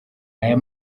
aya